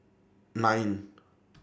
nine